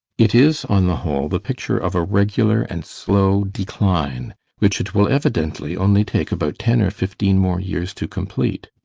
it is, on the whole, the picture of a regular and slow decline which it will evidently only take about ten or fifteen more years to complete.